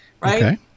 right